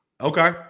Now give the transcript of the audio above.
Okay